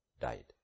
died